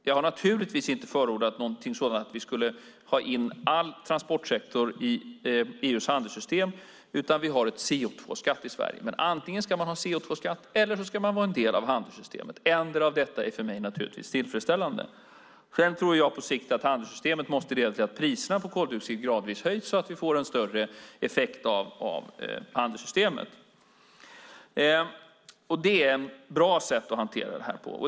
Jag har naturligtvis inte förordat något sådant som att vi skulle ha in hela transportsektorn i EU:s handelssystem, utan vi har en CO2-skatt i Sverige. Men antingen ska man ha en CO2-skatt eller så ska man vara en del av handelssystemet. Endera av detta är för mig tillfredsställande. Själv tror jag att handelssystemet på sikt måste leda till att priserna på koldioxid gradvis höjs och att vi får en större effekt av handelssystemet. Det är ett bra sätt att hantera det här på.